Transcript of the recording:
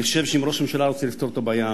אני חושב שאם ראש הממשלה רוצה לפתור את הבעיה,